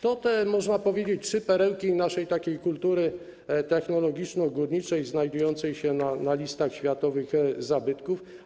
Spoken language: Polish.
To te, można powiedzieć, trzy perełki naszej kultury technologiczno-górniczej, znajdujące się na listach światowych zabytków.